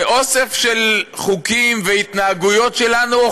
שאוסף של חוקים והתנהגויות שלנו,